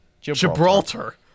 Gibraltar